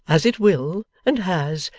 as it will, and has,